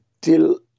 till